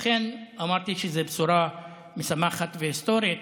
ולכן אמרתי שזאת בשורה משמחת והיסטורית.